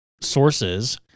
sources